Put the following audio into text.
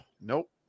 nope